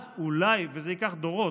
אז אולי, וזה ייקח דורות,